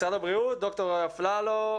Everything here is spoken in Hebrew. משרד הבריאות, ד"ר אפללו,